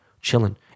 Chilling